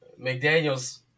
McDaniels